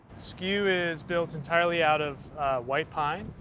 skew is built entirely out of white pine,